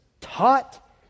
taught